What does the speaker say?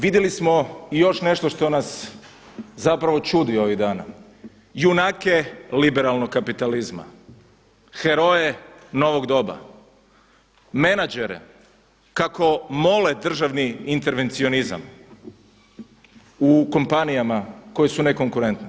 Vidjeli smo i još nešto što nas zapravo čudi ovih dana, junake liberalnog kapitalizma, heroje novog doba, menadžere kako mole državni intervencionizam u kompanijama koje su nekonkurentne.